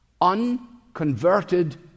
unconverted